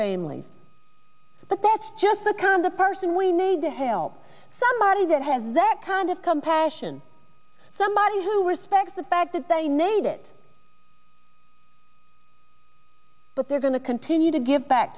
families but that's just the kind of person we need to help somebody that has that kind of compassion somebody who respects the fact that they made it but they're going to continue to give back